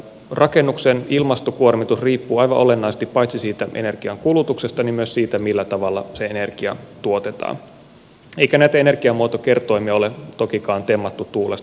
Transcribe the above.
rakennuksen ilmastokuormitus riippuu aivan olennaisesti paitsi siitä energiankulutuksesta myös siitä millä tavalla se energia tuotetaan eikä näitä energiamuotokertoimia ole tokikaan temmattu tuulesta